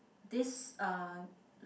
this uh